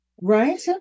right